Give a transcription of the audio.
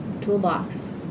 toolbox